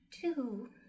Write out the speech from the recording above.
two